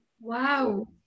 Wow